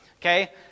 Okay